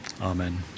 Amen